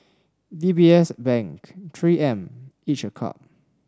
D B S Bank Three M each a Cup